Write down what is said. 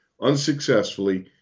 unsuccessfully